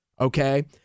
okay